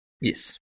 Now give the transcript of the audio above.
Yes